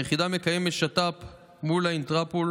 היחידה מקיימת שיתוף פעולה מול האינטרפול